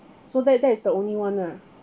so that that is the only one ah